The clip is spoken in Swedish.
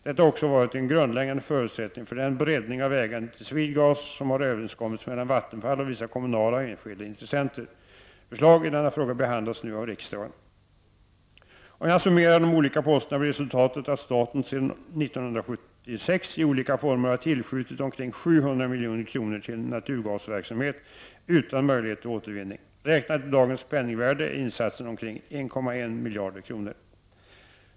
Detta har också varit en grundläggande förutsättning för den breddning av ägandet i SwedeGas som har överenskommits mellan Vattenfall och vissa kommunala och enskilda intressenter. Förslag i denna fråga behandlas nu av riksdagen . Om jag summerar de olika posterna blir resultatet att staten sedan år 1976 i olika former har tillskjutit omkring 700 milj.kr. till naturgasverksamhet utan möjlighet till återvinning. Räknat i dagens penningvärde är insatsen omkring 1,1 Miljarder kronor.